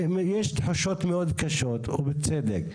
יש תחושות מאוד קשות ובצדק,